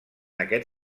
aquest